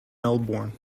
melbourne